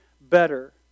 better